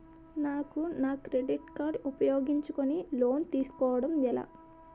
నాకు నా credit card ఉపయోగించుకుని లోన్ తిస్కోడం ఎలా?